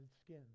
skin